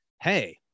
hey